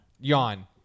yawn